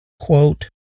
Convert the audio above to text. quote